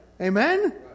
Amen